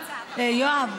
יואב,